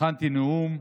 הכנתי נאום,